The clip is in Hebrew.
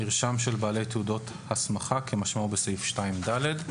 מרשם של בעלי תעודות הסמכה, כמשמעו בסעיף 2(ד).